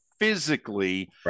physically